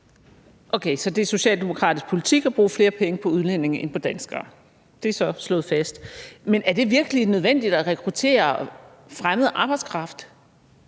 Okay, så det er socialdemokratisk politik at bruge flere penge på udlændinge end på danskere. Det er så slået fast. Men er det virkelig nødvendigt at rekruttere fremmed arbejdskraft